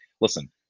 listen